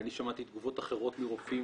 אני שמעתי תגובות אחרות מרופאים,